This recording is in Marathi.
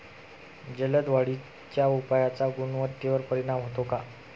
जलद वाढीच्या उपायाचा गुणवत्तेवर परिणाम होतो का?